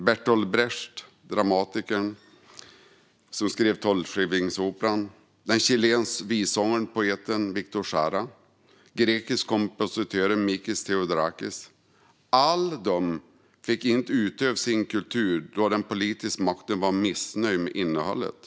Bertolt Brecht, dramatikern som skrev Tolvskillingsoperan , den chilenske vissångaren och poeten Víctor Jara, den grekiske kompositören Mikis Theodorakis - ingen av dem fick utöva sin kultur på grund av att de som hade den politiska makten var missnöjda med innehållet.